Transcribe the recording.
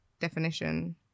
definition